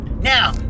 Now